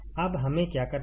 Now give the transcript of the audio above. अब हमें क्या करना है